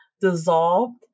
dissolved